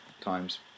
times